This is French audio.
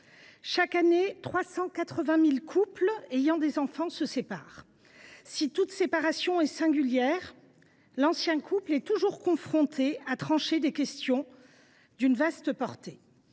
Chaque année, 380 000 couples avec enfants se séparent. Si toute séparation est singulière, l’ancien couple doit toujours répondre à des questions d’une vaste portée.